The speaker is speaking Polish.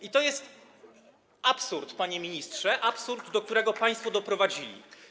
I to jest absurd, panie ministrze, absurd, do którego państwo doprowadzili.